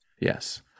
yes